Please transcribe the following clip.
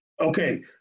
Okay